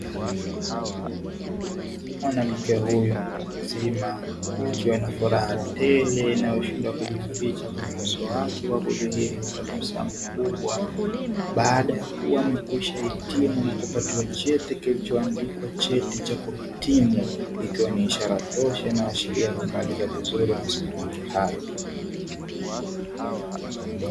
Mwanamke huyo mtu mzima akiwa na furaha tele inayoshindwa kujificha kwenye uso wake wa kudhihiri kwa tabasamu kubwa, baada ya kuwa amekwisha hitimu na kupatiwa cheti kilichoandikwa cheti cha kuhitimu. Ikiwa ni ishara tosha inayoashiria kumaliza vizuri masomo yake hayo.